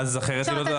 ואם לא,